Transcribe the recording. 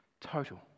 total